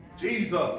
Jesus